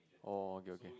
oh okay okay